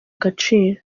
agaciro